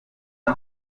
lui